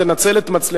תנצל את מצלמות